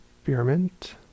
experiment